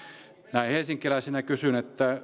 näin helsinkiläisenä kysyn että